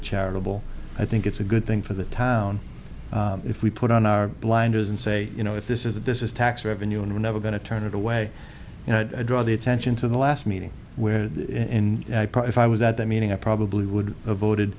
a charitable i think it's a good thing for the town if we put on our blinders and say you know if this is that this is tax revenue and we're never going to turn it away and i draw the attention to the last meeting where in part if i was at that meeting i probably would have voted